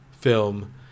film